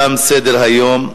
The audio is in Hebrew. תם סדר-היום.